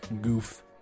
goof